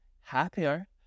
happier